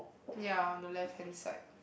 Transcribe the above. ya the left hand side